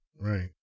right